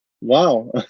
Wow